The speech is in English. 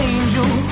Angel